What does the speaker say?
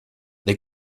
they